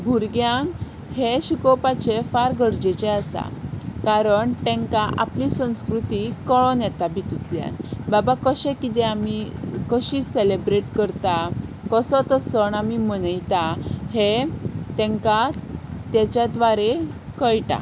भुरग्यांक हें शिकोवपाचें फार गरजेचें आसा कारण तांकां आपली संस्कृती कळून येता हातुंतल्यान बाबा कशें कितें आमी कशीं सॅलेब्रेट करता कसो तो सण आमी मनयता हें तांकां ताच्या द्वारे कळटा